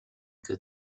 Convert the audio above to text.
could